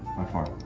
by far.